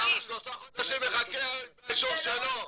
אני שלושה חודשים מחכה באישור שלו.